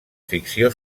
ficció